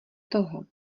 toho